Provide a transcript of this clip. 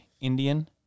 Indian